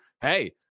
Hey